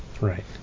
Right